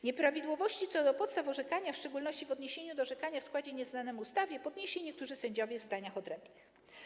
Nieprawidłowości co do podstaw orzekania, w szczególności w odniesieniu do orzekania w składzie nieznanym ustawie, podnieśli niektórzy sędziowie w zdaniach odrębnych.